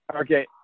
Okay